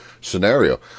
scenario